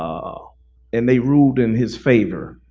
ah and they ruled in his favor,